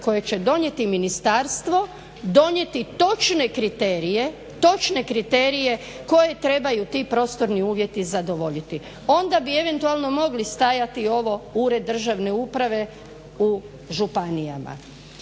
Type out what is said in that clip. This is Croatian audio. koje će donijeti ministarstvo donijeti točne kriterije koje trebaju ti prostorni uvjeti zadovoljiti. Onda bi eventualno mogli stajati ovo ured državne uprave u županijama.